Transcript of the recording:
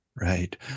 Right